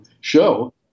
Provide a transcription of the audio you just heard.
show